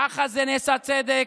ככה נעשה צדק?